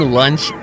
lunch